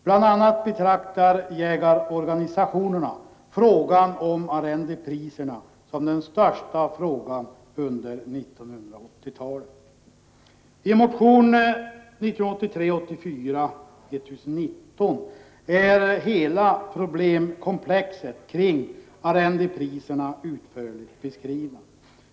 Bl.a. betraktar jägarorganisationerna frågan om arrendepriserna som den största frågan under 1980-talet. I motion 1983/84:1019 är hela problemkomplexet kring arrendepriserna utförligt beskrivet.